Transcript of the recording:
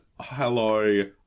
hello